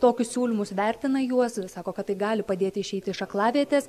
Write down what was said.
tokius siūlymus vertina juos ir sako kad tai gali padėti išeiti iš aklavietės